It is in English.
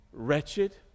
Wretched